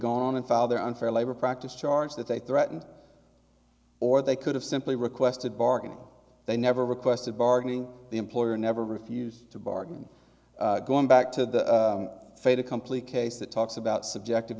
have gone and file their unfair labor practice charge that they threatened or they could have simply requested bargaining they never requested bargaining the employer never refused to bargain going back to the fait accompli case that talks about subjective